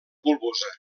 bulbosa